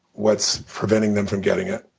what's preventing them from getting it?